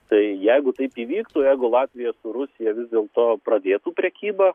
tai jeigu taip įvyktų jeigu latvija su rusija vis dėlto pradėtų prekybą